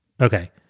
Okay